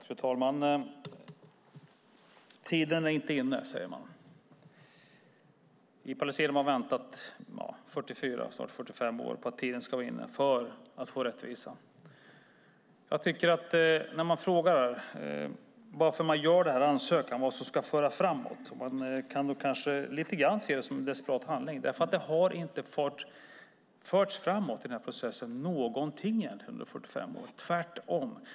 Fru talman! Tiden är inte inne, sägs det. Men i Palestina har man väntat 44, snart 45 år på att tiden ska vara inne att få rättvisa. Varför görs denna ansökan? Vad ska föra framåt? Man kan kanske se det lite grann som en desperat handling, för ingenting har egentligen förts framåt i den här processen under 45 år - tvärtom.